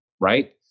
right